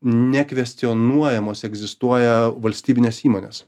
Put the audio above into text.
nekvestionuojamos egzistuoja valstybinės įmonės